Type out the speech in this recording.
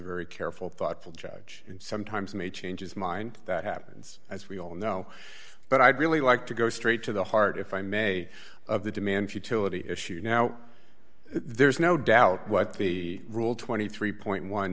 very careful thoughtful judge and sometimes may change his mind that happens as we all know but i'd really like to go straight to the heart if i may of the demand utility issue now there's no doubt what the rule twenty three